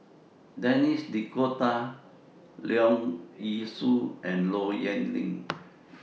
Denis D'Cotta Leong Yee Soo and Low Yen Ling